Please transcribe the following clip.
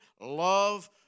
love